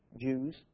Jews